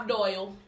Doyle